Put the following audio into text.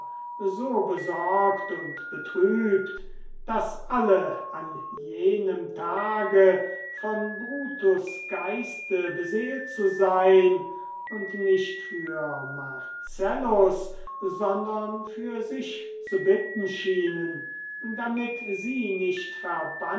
so besorgt und betrübt daß alle an jenem tage von brutus geiste beseelt zu sein und nicht für marcellus sondern für sich zu bitten schienen damit sie nicht